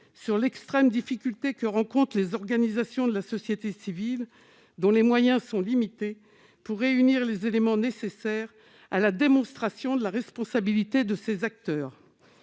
sur l'extrême difficulté que rencontrent les organisations de la société civile, dont les moyens sont limités, pour réunir les éléments nécessaires à la démonstration de la responsabilité de ces acteurs.